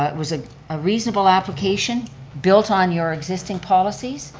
ah it was a ah reasonable application built on your existing policies,